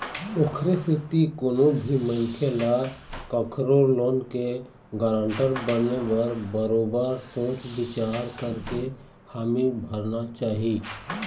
ओखरे सेती कोनो भी मनखे ल कखरो लोन के गारंटर बने बर बरोबर सोच बिचार करके हामी भरना चाही